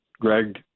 Greg